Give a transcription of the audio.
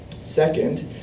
Second